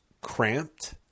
cramped